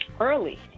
early